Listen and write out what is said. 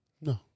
No